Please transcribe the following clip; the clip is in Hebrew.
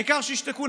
העיקר שישתקו.